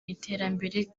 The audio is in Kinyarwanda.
iterambere